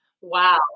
Wow